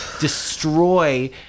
destroy